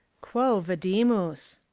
quo vadimus?